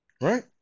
Right